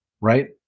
right